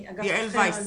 יעל וייס.